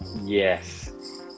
yes